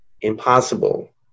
impossible